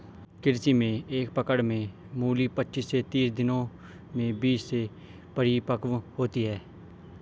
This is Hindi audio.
कृषि में एक पकड़ में मूली पचीस से तीस दिनों में बीज से परिपक्व होती है